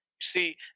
see